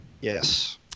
Yes